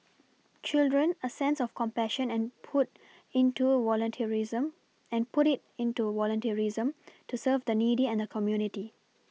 children a sense of compassion and put into volunteerism and put it into volunteerism to serve the needy and the community